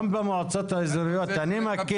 גם במועצות האזוריות אני מכיר,